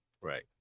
Right